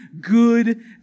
good